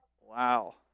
Wow